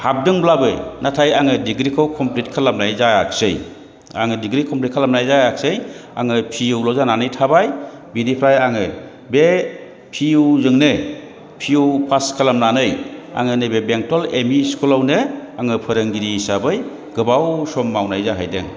हाबदोंब्लाबो नाथाय आङो डिग्रीखौ कमप्लिट खालामनाय जायाखिसै आङो डिग्री कमप्लिट खालामनाय जायाखिसै आङो पि इउल' जानानै थाबाय बिनिफ्राय आङो बे पि इउजोंनो पि इउ पास खालामनानै आङो नैबे बेंटल एमइ स्कुलावनो आङो फोरोंगिरि हिसाबै गोबाव सम मावनाय जाहैदों